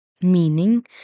Meaning